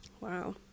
Wow